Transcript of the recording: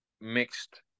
mixed